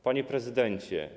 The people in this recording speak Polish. Panie Prezydencie!